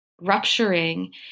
rupturing